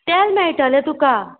तेल मेळटले तुका